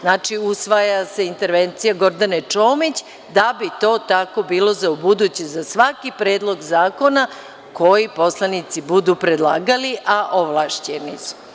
Znali, usvaja se intervencija Gordane Čomić da bi to tako bilo za ubuduće za svaki predlog zakona koji poslanici budu predlagali, a ovlašćeni su.